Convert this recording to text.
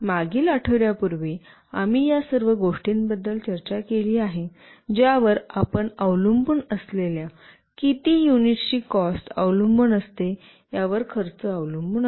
मागील आठवड्यापूर्वी आम्ही या सर्व गोष्टींबद्दल चर्चा केली आहे ज्यावर आपण अवलंबून असलेल्या किती युनिट्सची कॉस्ट अवलंबून असते यावर खर्च अवलंबून असतो